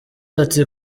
ati